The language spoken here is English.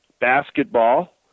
basketball